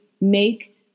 make